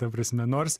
ta prasme nors